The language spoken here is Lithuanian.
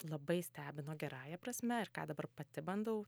labai stebino gerąja prasme ir ką dabar pati bandau